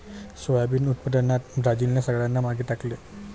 soybean उत्पादनात ब्राझीलने सगळ्यांना मागे टाकले